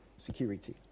security